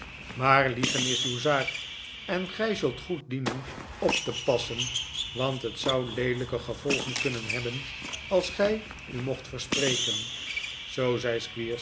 maar nikolaas nickleby liegen is uw zaak en gij zult goed dienen op te passen want het zou leelijke gevolgen kunnen hebben als gij u mocht verspreken zoo zei